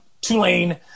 Tulane